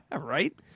Right